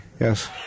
yes